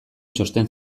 txosten